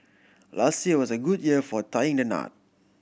last year was a good year for tying the knot